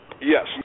Yes